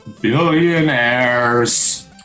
billionaires